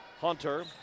Hunter